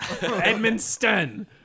Edmonton